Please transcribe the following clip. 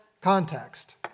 context